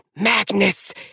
Magnus